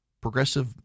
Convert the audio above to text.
Progressive